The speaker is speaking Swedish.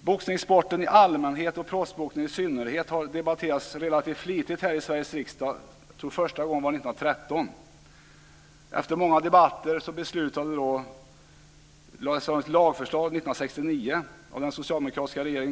Boxningssporten i allmänhet och proffsboxningen i synnerhet har debatterats relativt flitigt här i Sveriges riksdag. Jag tror att första gången var år 1913. Efter många debatter lades det fram ett lagförslag år 1969 av den socialdemokratiska regeringen.